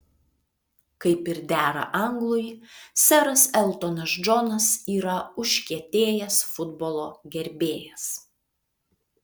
kaip ir dera anglui seras eltonas džonas yra užkietėjęs futbolo gerbėjas